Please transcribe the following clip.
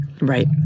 right